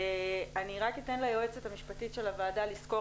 אני אתן ליועצת המשפטית של הוועדה לסקור